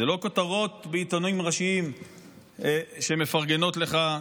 זה לא כותרות בעיתונים ראשיים שמפרגנות לך.